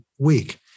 week